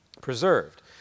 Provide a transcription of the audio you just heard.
preserved